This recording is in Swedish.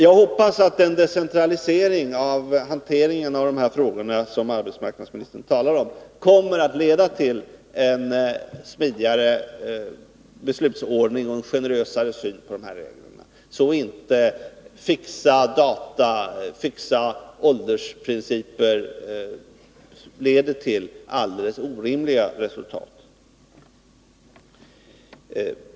Jag hoppas att den decentralisering av hanteringen av de här frågorna som arbetsmarknadsministern talar om kommer att leda till en smidigare beslutsordning och en generösare syn på reglerna, så att inte fixa data, fixa åldersprinciper ger alldeles orimliga resultat.